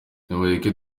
nimureke